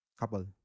Couple